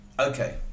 okay